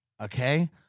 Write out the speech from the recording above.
okay